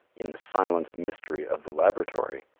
in the silent mystery of the laboratory,